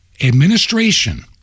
administration